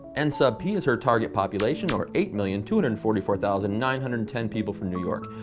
n sub p is her target population, or eight million two hundred and and forty four thousand nine hundred and ten people for new york